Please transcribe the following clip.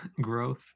growth